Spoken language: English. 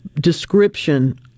description